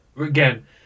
again